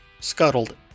scuttled